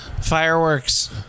fireworks